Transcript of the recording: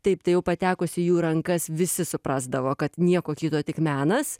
taip tai jau patekus į jų rankas visi suprasdavo kad nieko kito tik menas